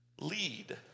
lead